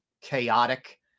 chaotic